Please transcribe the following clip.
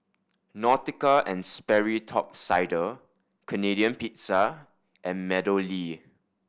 Nautica and Sperry Top Sider Canadian Pizza and MeadowLea